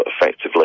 effectively